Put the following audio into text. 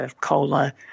cola